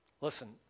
listen